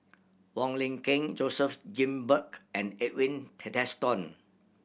Wong Lin Ken Joseph Grimberg and Edwin Tessensohn